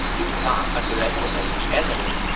do not underestimate the enemy.